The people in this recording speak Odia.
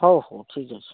ହଉ ହଉ ଠିକ୍ଅଛି